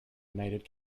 united